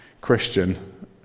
Christian